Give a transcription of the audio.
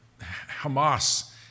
Hamas